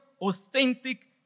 authentic